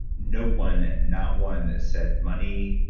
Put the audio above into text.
no one, not one said money,